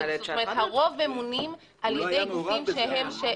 זאת אומרת הרוב ממונים על ידי גופים שהם חיצוניים.